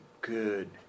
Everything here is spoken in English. good